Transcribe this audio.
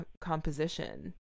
composition